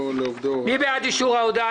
מי בעד אישור ההודעה?